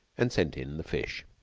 and sent in the fish.